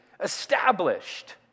established